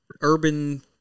Urban